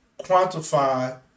quantify